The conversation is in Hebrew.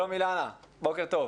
שלום אילנה, בוקר טוב.